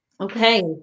okay